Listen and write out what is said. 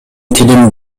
тилин